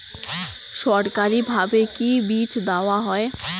সরকারিভাবে কি বীজ দেওয়া হয়?